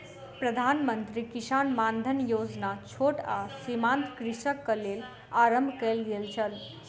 प्रधान मंत्री किसान मानधन योजना छोट आ सीमांत कृषकक लेल आरम्भ कयल गेल छल